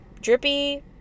drippy